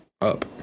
up